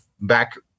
back